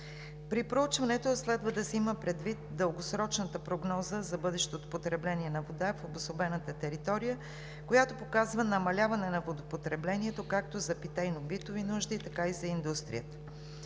При проучването следва да се има предвид дългосрочната прогноза за бъдещото потребление на вода в обособената територия, която показва намаляване на потреблението както за питейно-битовите нужди, така и за индустрията.